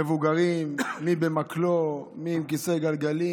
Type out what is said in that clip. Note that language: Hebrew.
מבוגרים, מי עם מקלו ומי בכיסא גלגלים.